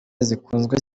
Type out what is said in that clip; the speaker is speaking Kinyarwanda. zikunzwe